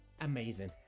amazing